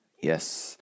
Yes